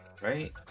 Right